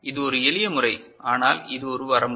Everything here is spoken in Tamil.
இது ஒரு எளிய முறை ஆனால் இது ஒரு வரம்பு